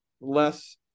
less